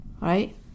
right